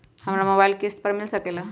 हमरा मोबाइल किस्त पर मिल सकेला?